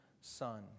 son